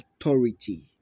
authority